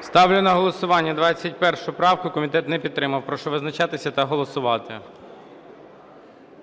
Ставлю на голосування 21 правку. Комітет не підтримав. Прошу визначатися та голосувати.